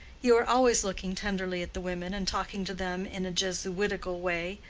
you are always looking tenderly at the women, and talking to them in a jesuitical way.